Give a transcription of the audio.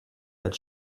that